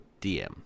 DM